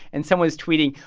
and someone was tweeting,